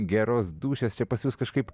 geros dūšios čia pas jus kažkaip